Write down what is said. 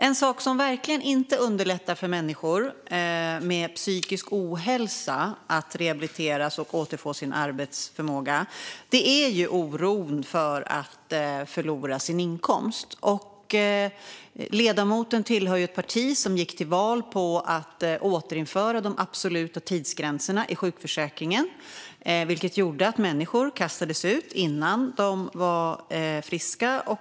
En sak som verkligen inte underlättar för människor med psykisk ohälsa att rehabiliteras och återfå sin arbetsförmåga är oron för att förlora sin inkomst. Ledamoten tillhör ett parti som gick till val på att återinföra de absoluta tidsgränserna i sjukförsäkringen, som gjorde att människor kastades ut innan de var friska.